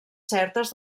certes